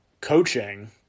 coaching